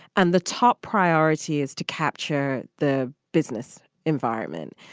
and the top priority is to capture the business environment.